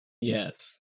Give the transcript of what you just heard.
Yes